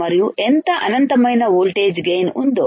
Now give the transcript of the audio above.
మరియు ఎంత అనంతమైన వోల్టేజ్ గైన్ ఉందో